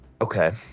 Okay